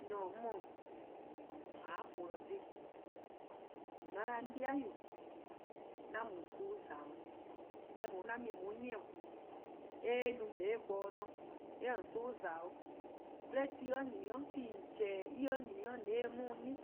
Nyor-: 'on :mor-: :mor :a polo dhih. :mor :on 'da 'on 'dei'-yu: 'an mu :on son-' :za-dih 'o, deh :daa 'an mu :on 'nyi, eh ye-eh no :on 'ye-eh bo-dih :dhe eh 'ye :on son-' :za-dih 'o, 'de ti nyni 'o, ti :on 'chehn-a en nyni 'o 'de :on se-eh 'on 'nyi,